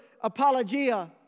apologia